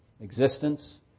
existence